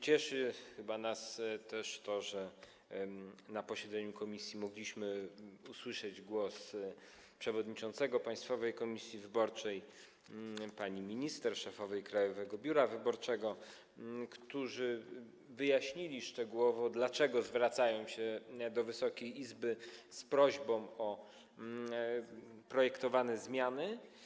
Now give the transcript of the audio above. Cieszy nas chyba też to, że na posiedzeniu komisji mogliśmy usłyszeć głos przewodniczącego Państwowej Komisji Wyborczej, pani minister, szefowej Krajowego Biura Wyborczego, którzy wyjaśnili szczegółowo, dlaczego zwracają się do Wysokiej Izby z prośbą o projektowane zmiany.